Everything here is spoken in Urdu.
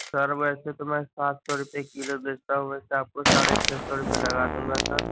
سر ویسے تو میں سات سو روپیے کلو بیچتا ہوں ویسے آپ کو ساڑھے چھ سو روپیے لگا دوں گا سر